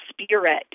spirit